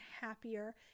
happier